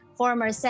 former